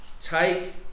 Take